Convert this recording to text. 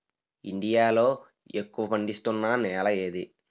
India లో ఎక్కువ పండిస్తున్నా నేల ఏది?